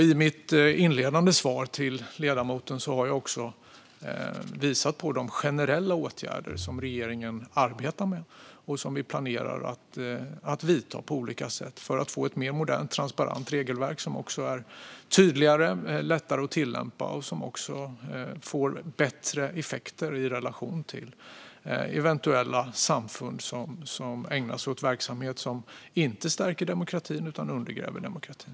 I mitt inledande svar till ledamoten har jag också visat på de generella åtgärder som regeringen arbetar med och som vi planerar att vidta på olika sätt för att få ett mer modernt och transparent regelverk som också är tydligare, lättare att tillämpa och får bättre effekt i relation till eventuella samfund som ägnar sig åt verksamhet som inte stärker utan undergräver demokratin.